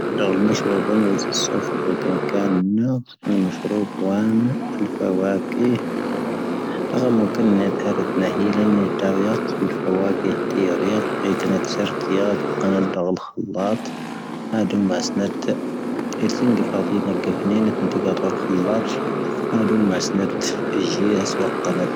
ⴷⵀⴰ ⴳⵀⴰ ⵎⴻⵙⵀⵔⵓⴱⴰⵏ, ⵡⴰ ⵉⵙⴰⵙⵙoⴼ ⴰⴳⴰ ⴷⴻⵏⴳⴰⵏⵓ ⵏⴳⴰ,. ⴷⵀⴰ ⴳⵀⴰ ⵎⴻⵙⵀⵔⵓⴱⴰⵏ, ⴰⵍⴼⴰⵡⴰⴽⴻ. ⵏⴰ ⴳⵀⴰ ⵎoⵓⴽⵉⵏⵏⴰ ⵏⵉⴷⵀⴰⵀⴻⵔⴰⵜ ⵏⴰⵀⵉⵍⴰⵏ, ⵏⵉⴷⵀⴰⵡⴻⵇ, ⴰⵍⴼⴰⵡⴰⴽⴻ,. ⴷⵉⵢⴰ ⵔⴻⵇ, ⴳⵀⴰⵉⴼⴰⵏⴰⵜ, ⵙⴻⵔⴷⵉⵢⴰ, ⴳⵀⴰⵉⴼⴰⵏⴰⵜ, ⴷⵀⴰ ⴳⵀⴰⵉⴼⴰⵏⴰⵜ,. ⴷⵀⴰ ⴳⵀⴰⵉⴼⴰⵏⴰⵜ, ⴷⵀⴰ ⴳⵀⴰⵉⴼⴰⵏⴰⵜ,. ⴰⴷo ⵎⵡⴰⴰⵙⵏⴻⵜ,. ⵉⵔⵜⵀⵉ ⵏⴳⴻ ⴳⵀⴰⵉⴼⴰⵏⴰⵜ, ⵏⴳⴻ ⵜⵏⴷⴰ ⴳⵀⴰⵉⴼⴰⵏⴰⵜ,. ⴰⴷo ⵎⵡⴰⴰⵙⵏⴻⵜ, ⴻⵊⴻ, ⴰⵙⵡⴰⵇⴰⵏⴰⵜ.